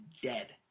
dead